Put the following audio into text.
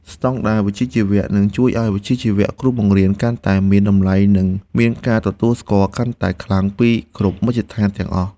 ស្តង់ដារវិជ្ជាជីវៈនឹងជួយឱ្យវិជ្ជាជីវៈគ្រូបង្រៀនកាន់តែមានតម្លៃនិងមានការទទួលស្គាល់កាន់តែខ្លាំងពីគ្រប់មជ្ឈដ្ឋានទាំងអស់។